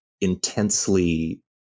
intensely